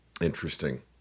Interesting